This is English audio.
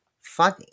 funny